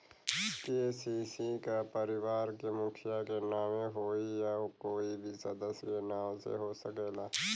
KCC का परिवार के मुखिया के नावे होई या कोई भी सदस्य के नाव से हो सकेला?